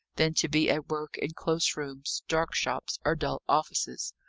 than to be at work in close rooms, dark shops, or dull offices.